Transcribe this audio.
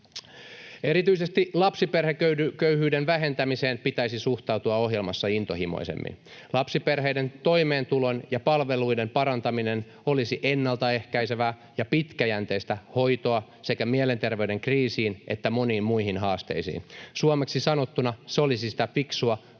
Erityisesti lapsiperheköyhyyden vähentämiseen pitäisi suhtautua ohjelmassa intohimoisemmin. Lapsiperheiden toimeentulon ja palveluiden parantaminen olisi ennalta ehkäisevää ja pitkäjänteistä hoitoa sekä mielenterveyden kriisiin että moniin muihin haasteisiin. Suomeksi sanottuna se olisi sitä fiksua,